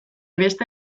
beste